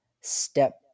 step